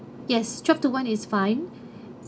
yes twelve to one is fine